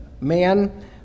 man